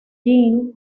jin